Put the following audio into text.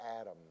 Adam